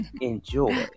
enjoy